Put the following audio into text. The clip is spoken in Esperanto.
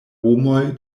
homoj